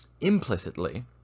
implicitly